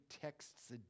texts